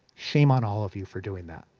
shame on all of you for doing that.